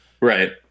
Right